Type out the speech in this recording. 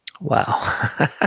Wow